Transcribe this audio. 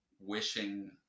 wishing